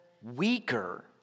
weaker